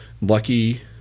Lucky